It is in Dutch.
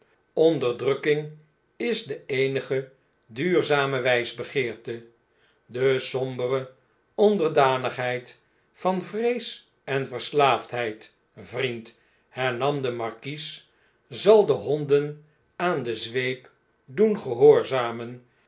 onderdrukking is de eenige duurzame wjjsbegeerte de sombere onderdanigheid van vrees en verslaafdheid vriend hernam de markies zal de honden aan de zweep doen gehoorzamen